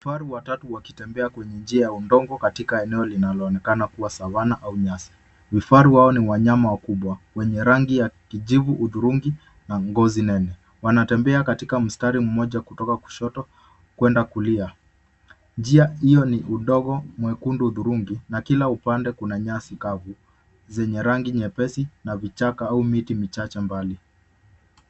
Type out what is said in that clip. Kifaru watatu wakitembea kwenye njia ya udongo katika eneo linaloonekana kuwa savana au nyasi. Vifaru hao ni wanyama wakubwa wenye rangi ya kijivu hudhurungi na ngozi nene. Wanatembea katika mstari mmoja kutoka kushoto kwenda kulia. Njia hiyo ni udongo mwekundu hudhurungi na kila upande kuna nyasi kavu zenye rangi nyepesi na vichaka au miti michache mbali.